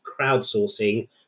crowdsourcing